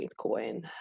Bitcoin